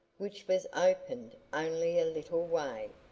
which was opened only a little way.